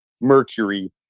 Mercury